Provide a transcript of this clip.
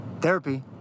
Therapy